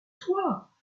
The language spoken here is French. toi